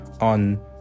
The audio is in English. on